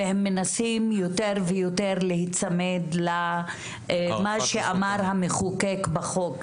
והם מנסים יותר ויותר להיצמד למה שאמר המחוקק בחוק.